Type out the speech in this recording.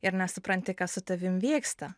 ir nesupranti ką su tavim vyksta